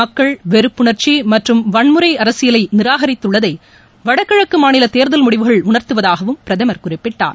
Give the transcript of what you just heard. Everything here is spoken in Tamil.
மக்கள் வெறுப்புணர்ச்சி மற்றும் வன்முறை அரசியலை நிராகரித்துள்ளதை வடகிழக்கு மாநில தேர்தல் முடிவுகள் உணர்த்துவதாகவும் பிரதமர் குறிப்பிட்டார்